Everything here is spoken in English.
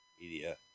Media